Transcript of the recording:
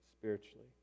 spiritually